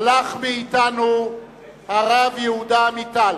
הלך מאתנו הרב יהודה עמיטל,